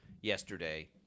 yesterday